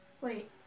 Wait